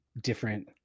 different